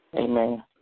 Amen